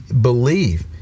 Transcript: believe